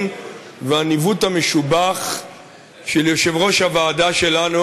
והניווט המשובח של יושב-ראש הוועדה שלנו,